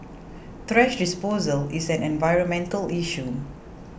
thrash disposal is an environmental issue